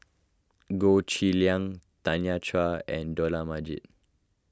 Goh Cheng Liang Tanya Chua and Dollah Majid